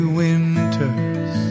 winter's